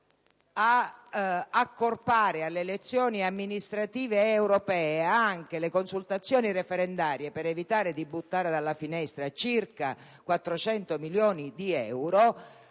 ad accorpare alle elezioni amministrative ed europee anche le consultazioni referendarie per evitare di buttare dalla finestra circa 400 milioni di euro